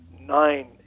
nine